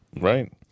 Right